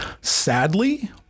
sadly